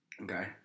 okay